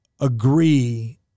agree